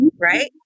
right